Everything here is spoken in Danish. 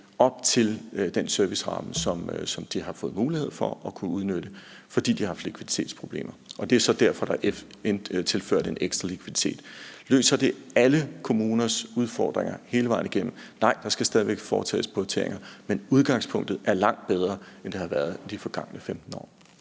op til den serviceramme, som de har mulighed for at udnytte, fordi de har haft likviditetsproblemer. Det er så derfor, at der er tilført ekstra likviditet. Løser det alle kommuners problemer hele vejen igennem? Nej, der skal stadig væk foretages prioriteringer, men udgangspunktet er langt bedre, end det har været i de forgangne 15 år.